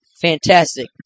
Fantastic